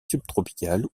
subtropicales